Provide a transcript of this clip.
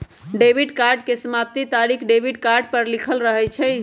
debit card के समाप्ति तारिख डेबिट कार्ड पर लिखल रहइ छै